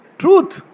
truth